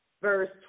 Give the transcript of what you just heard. Verse